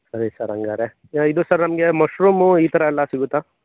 ಸರಿ ಸರ್ ಹಂಗಾರೆ ಇದು ಸರ್ ನಮಗೆ ಮಶ್ರೂಮು ಈ ಥರ ಎಲ್ಲ ಸಿಗುತ್ತಾ